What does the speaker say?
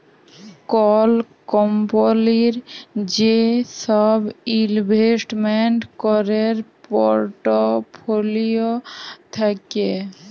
call কম্পলির যে সব ইলভেস্টমেন্ট ক্যরের পর্টফোলিও থাক্যে